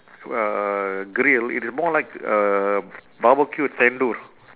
uh grill it's more like uh barbecue tandoor